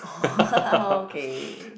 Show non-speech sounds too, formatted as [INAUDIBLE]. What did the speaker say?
orh [LAUGHS] okay